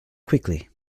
quickly